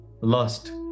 lust